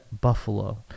Buffalo